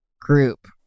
group